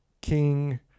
king